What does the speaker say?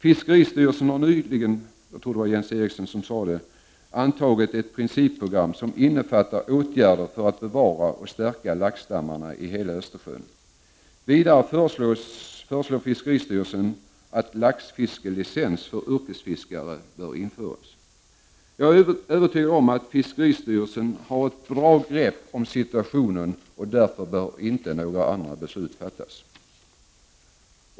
Fiskeristyrelsen har nyligen, vilket jag tror också Jens Eriksson nämnde, antagit ett principprogram som innefattar åtgärder för att bevara och stärka laxstammarna i hela Östersjön. Vidare föreslår fiskeristyrelsen att laxfiskelicens för yrkesfiskare bör införas. Jag är övertygad om att fiskeristyrelsen har ett bra grepp om situationen, och några andra beslut bör därför inte fattas.